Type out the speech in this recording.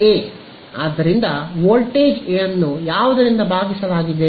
A ಆದ್ದರಿಂದ voltage A ಅನ್ನು ಯಾವುದರಿಂದ ಭಾಗಿಸಲಾಗಿದೆ